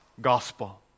gospel